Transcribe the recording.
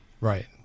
Right